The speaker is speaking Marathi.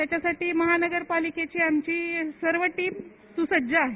त्याच्यासाठी महानगरपालिकेची आमची सर्व टीम स्रसज्ज आहे